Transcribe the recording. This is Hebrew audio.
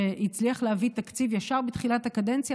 שהצליח להביא תקציב ישר בתחילת הקדנציה